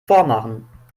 vormachen